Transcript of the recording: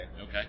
Okay